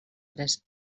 tres